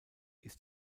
ist